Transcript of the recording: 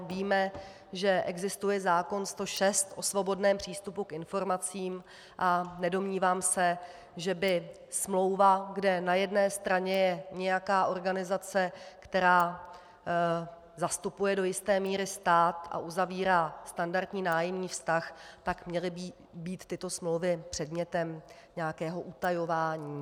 Víme, že existuje zákon 106 o svobodném přístupu k informacím, a nedomnívám se, že by smlouvy, kde na jedné straně je nějaká organizace, která zastupuje do jisté míry stát a uzavírá standardní nájemní vztah, měly být tyto smlouvy předmětem nějakého utajování.